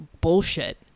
bullshit